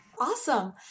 Awesome